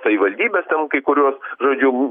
savivaldybės ten kai kuriuos žodžiu